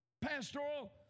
pastoral